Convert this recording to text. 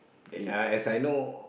uh as I know